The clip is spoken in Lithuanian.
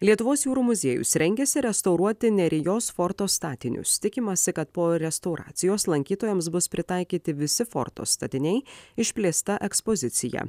lietuvos jūrų muziejus rengiasi restauruoti nerijos forto statinius tikimasi kad po restauracijos lankytojams bus pritaikyti visi forto statiniai išplėsta ekspozicija